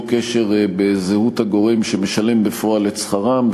קשר לזהות הגורם שמשלם בפועל את שכרם,